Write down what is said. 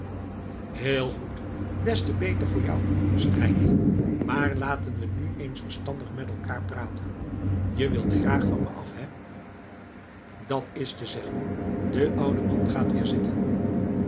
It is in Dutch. heel goed des te beter voor jou strijkkie maar laten we nu eens verstandig met mekaar praten je wilt graag van me af hé dat is te zeggen de oude man gaat weer zitten